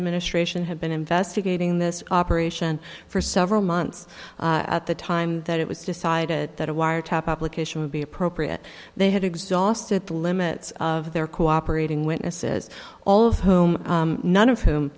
administration had been investigating this operation for several months at the time that it was decided that a wiretap application would be appropriate they had exhausted the limits of their cooperating witnesses all of whom none of whom